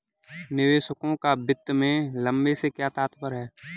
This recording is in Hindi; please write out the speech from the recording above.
निवेशकों का वित्त में लंबे से क्या तात्पर्य है?